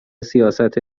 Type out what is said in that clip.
سیاست